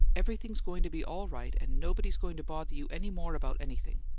everything's going to be all right and nobody's going to bother you any more about anything.